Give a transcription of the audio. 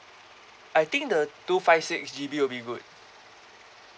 I think the two five six G_B will be good